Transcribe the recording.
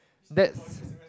that's